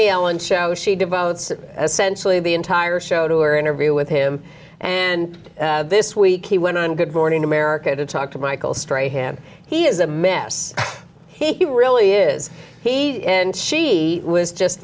the ellen show she devotes essentially the entire show to her interview with him and this week he went on good morning america to talk to michael straight hand he is a mess he really is he and she was just